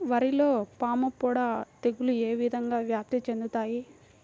వరిలో పాముపొడ తెగులు ఏ విధంగా వ్యాప్తి చెందుతాయి?